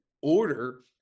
order